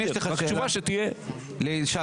רק שתהיה תשובה.